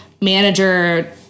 manager